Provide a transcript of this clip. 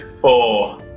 Four